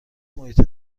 محیط